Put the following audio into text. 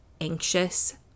anxious